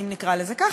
אם נקרא לזה ככה.